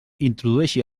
introdueixi